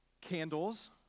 candles